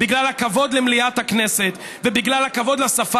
בגלל הכבוד למליאת הכנסת ובגלל הכבוד לשפה